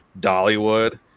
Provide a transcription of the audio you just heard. Dollywood